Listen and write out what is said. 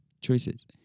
choices